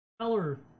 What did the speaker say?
color